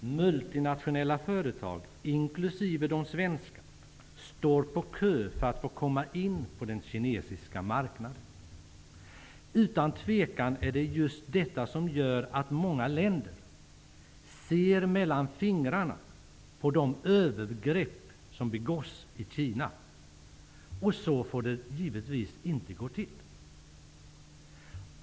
Multinationella företag, inklusive de svenska, står på kö för att få komma in på den kinesiska marknaden. Utan tvivel är det just detta som gör att många länder ser mellan fingrarna på de övergrepp som begås i Kina. Så får det givetvis inte gå till.